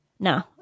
No